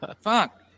fuck